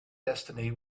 destiny